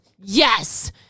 yes